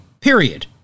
period